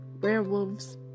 werewolves